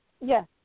Yes